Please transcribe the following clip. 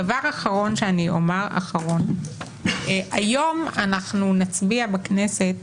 דבר אחרון שאני אומר, היום אנחנו נצביע בכנסת